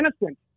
innocent